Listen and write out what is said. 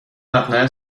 مقنعه